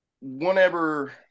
whenever